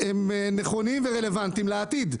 אבל הם נכונים ורלוונטיים לעתיד.